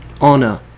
honor